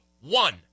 one